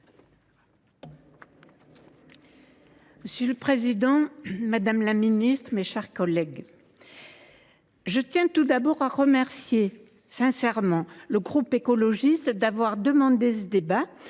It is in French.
Monsieur le président, madame la ministre, mes chers collègues, je tiens tout d’abord à remercier sincèrement le groupe écologiste d’avoir pris